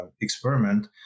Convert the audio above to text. experiment